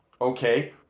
okay